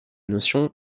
notion